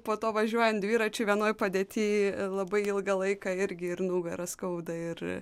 po to važiuojant dviračiu vienoj padėty labai ilgą laiką irgi ir nugarą skauda ir